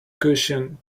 cushion